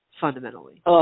fundamentally